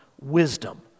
wisdom